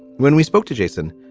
when we spoke to jason,